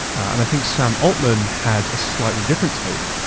and i think sam altman had a slightly different take,